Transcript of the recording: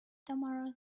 tamara